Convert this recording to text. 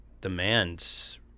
demands